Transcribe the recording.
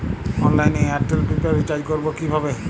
অনলাইনে এয়ারটেলে prepaid recharge করবো কিভাবে?